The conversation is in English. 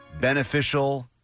beneficial